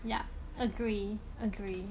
ya agree agree